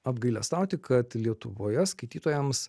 apgailestauti kad lietuvoje skaitytojams